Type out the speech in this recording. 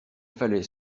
fallait